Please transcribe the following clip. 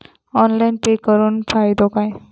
Online pay करुन फायदो काय?